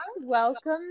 welcome